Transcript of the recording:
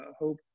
hope